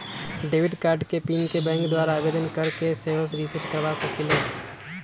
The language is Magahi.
डेबिट कार्ड के पिन के बैंक द्वारा आवेदन कऽ के सेहो रिसेट करबा सकइले